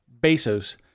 Bezos